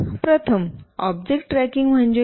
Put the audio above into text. प्रथम object tracking म्हणजे काय